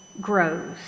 grows